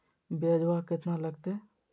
ब्यजवा केतना लगते?